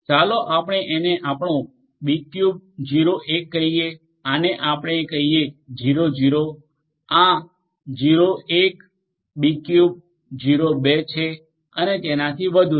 ચાલો આપણે એને આપણો બીક્યુબ 0 1 કહીએ આને આપણે કહીએ 0 0 આ 0 1 બીક્યુબ 0 2 છે અને તેનાથી વધુ છે